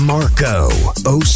Marco